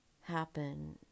happen